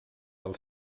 del